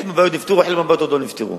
חלק מהבעיות נפתרו וחלק מהבעיות עוד לא נפתרו.